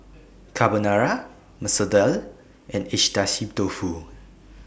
Carbonara Masoor Dal and Agedashi Dofu